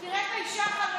שתי הרשעות.